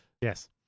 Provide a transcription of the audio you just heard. Yes